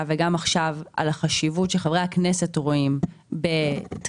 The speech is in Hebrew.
וגם עכשיו על החשיבות שחברי הכנסת רואים בתכיפה,